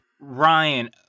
Ryan